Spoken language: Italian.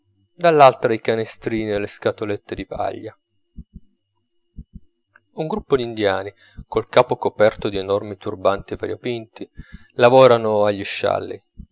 dall'altra i canestrini e le scatolette di paglia un gruppo d'indiani col capo coperto di enormi turbanti variopinti lavorano agli scialli